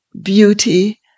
beauty